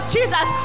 Jesus